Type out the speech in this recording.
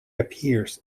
appears